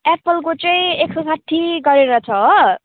एप्पलको चाहिँ एक सौ साठी गरेर छ हो